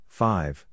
five